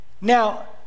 now